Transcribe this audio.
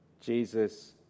Jesus